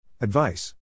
Advice